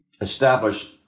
establish